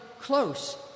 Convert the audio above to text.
close